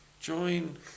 Join